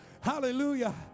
hallelujah